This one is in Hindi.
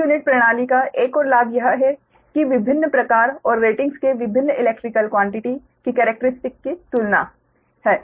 प्रति यूनिट प्रणाली का एक और लाभ यह है कि विभिन्न प्रकार और रेटिंग्स के विभिन्न इलैक्ट्रिकल क्वान्टिटी की केरेक्टरिस्टिक की तुलना है